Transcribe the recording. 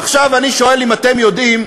עכשיו, אני שואל אם אתם יודעים,